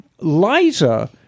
Liza